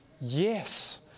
yes